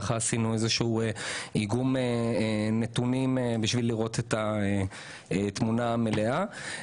עשינו איגום נתונים בשביל לראות את התמונה המלאה.